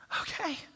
okay